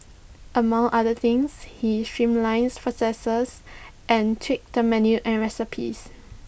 among other things he streamlined processes and tweaked the menu and recipes